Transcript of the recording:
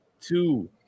two